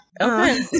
okay